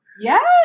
Yes